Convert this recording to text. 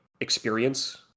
experience